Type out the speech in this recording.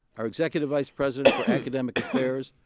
our executive vice president for academic affairs,